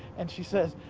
and she says,